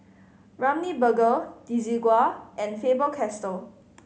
Ramly Burger Desigual and Faber Castell